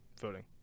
voting